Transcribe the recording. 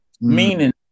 meaning